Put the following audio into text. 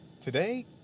Today